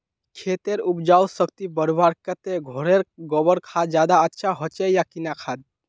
खेतेर उपजाऊ शक्ति बढ़वार केते घोरेर गबर खाद ज्यादा अच्छा होचे या किना खाद?